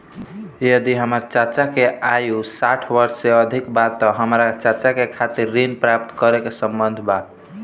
यदि हमार चाचा के आयु साठ वर्ष से अधिक बा त का हमार चाचा के खातिर ऋण प्राप्त करना संभव बा?